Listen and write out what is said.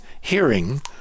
hearing